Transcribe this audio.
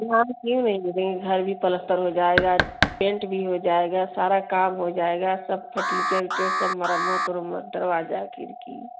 वहाँ क्यों नहीं मिलेंगे घर भी प्लस्तर हो जाएगा पेंट भी हो जाएगा सारा काम हो जाएगा सब फटीचर चर सब मरम्मत वरम्मत दरवाजा खिड़की